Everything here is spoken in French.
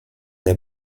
des